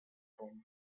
roma